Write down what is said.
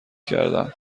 کردم